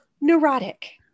Neurotic